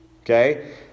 okay